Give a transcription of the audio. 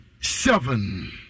seven